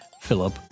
Philip